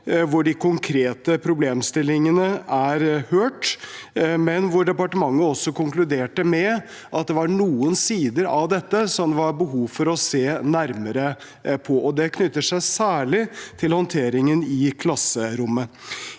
hvor de konkrete problemstillingene er hørt, men hvor departementet også konkluderte med at det var noen sider av dette det var behov for å se nærmere på. Det knytter seg særlig til håndteringen i klasserommet.